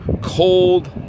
cold